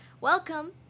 Welcome